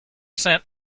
sent